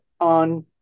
on